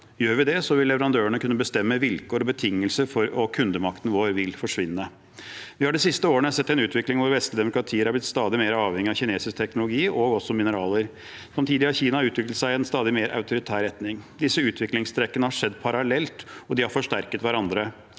Gjør vi det, vil leverandørene kunne bestemme vilkår og betingelser, og kundemakten vår vil forsvinne. Vi har de siste årene sett en utvikling hvor vestlige demokratier har blitt stadig mer avhengige av kinesisk teknologi og også av mineraler. Samtidig har Kina utviklet seg i en stadig mer autoritær retning. Disse utviklingstrekkene har skjedd parallelt, og de har forsterket hverandre.